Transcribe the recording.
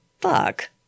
fuck